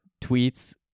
tweets